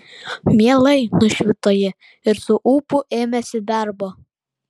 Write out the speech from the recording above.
mielai nušvito ji ir su ūpu ėmėsi darbo